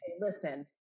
listen